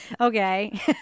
Okay